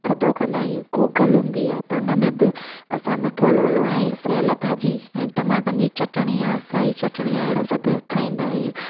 थधो कंदा आहियूं गोगल हूंदी आहे त उन में बि असां मिठो लोलो ऐं सेअलु भाॼी ऐं टमाटनि जी चटणी आहे साई चटणी आहे अहिड़ो सभु ठाहींदा आहियूं